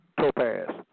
Topaz